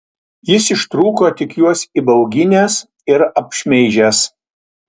jis ištrūko tik juos įbauginęs ir apšmeižęs